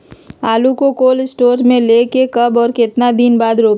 आलु को cold store से ले के कब और कितना दिन बाद रोपे?